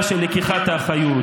חבר הכנסת קרעי, תודה.